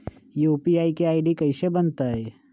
UPI के ID कैसे बनतई?